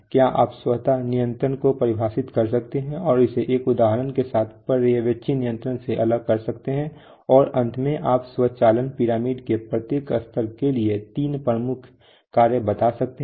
क्या आप स्वत नियंत्रण को परिभाषित कर सकते हैं और इसे एक उदाहरण के साथ पर्यवेक्षी नियंत्रण से अलग कर सकते हैं और अंत में आप स्वचालन पिरामिड के प्रत्येक स्तर के लिए तीन प्रमुख कार्य बता सकते हैं